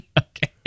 Okay